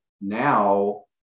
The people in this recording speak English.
now